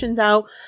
out